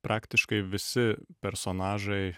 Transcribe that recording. praktiškai visi personažai